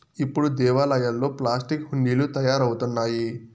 ఇప్పుడు దేవాలయాల్లో ప్లాస్టిక్ హుండీలు తయారవుతున్నాయి